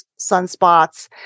sunspots